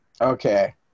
Okay